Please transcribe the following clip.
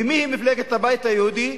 ומיהי מפלגת הבית היהודי?